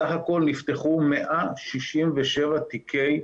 סך הכל נפתחו 167 תיקי אכיפה.